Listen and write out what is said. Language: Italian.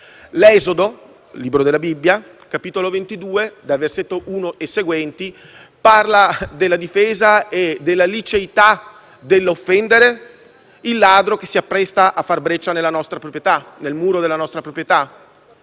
l'Esodo, libro della Bibbia, al capitolo 22, versetto 1 e seguenti, parla della difesa e della liceità dell'offendere il ladro che si appresta a far breccia nel muro della nostra proprietà.